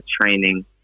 training